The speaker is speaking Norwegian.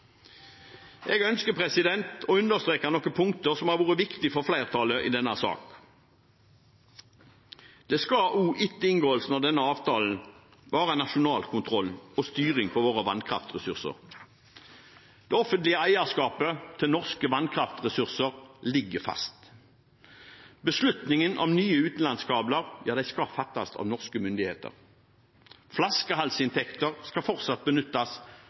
Jeg ønsker å understreke noen punkter som har vært viktige for flertallet i denne saken: Det skal også etter inngåelsen av denne avtalen være nasjonal kontroll med og styring over våre vannkraftressurser. Det offentlige eierskapet til norske vannkraftressurser ligger fast. Beslutningen om nye utenlandskabler skal fattes av norske myndigheter. Flaskehalsinntekter skal fortsatt benyttes